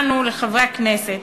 לנו, לחברי הכנסת,